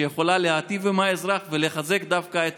שיכולה להיטיב עם האזרח ולחזק דווקא את